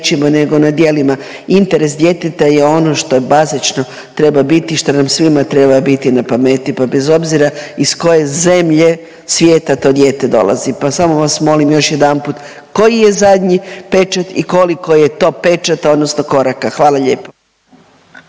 nego na djelima, interes djeteta je ono što je bazično treba biti i što nam svima treba biti na pameti, pa bez obzira iz koje zemlje svijeta to dijete dolazi, pa samo vas molim još jedanput koji je zadnji pečat i koliko je to pečata odnosno koraka? Hvala lijepo.